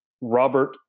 Robert